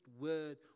word